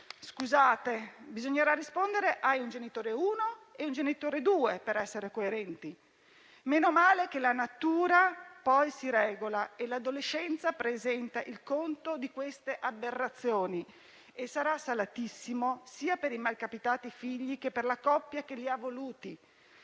scusate, bisognerà rispondere, per essere coerenti: hai un genitore 1 e un genitore 2. Meno male che la natura poi si regola e l'adolescenza presenta il conto di queste aberrazioni, che sarà salatissimo sia per i malcapitati figli che per la coppia che li ha voluti.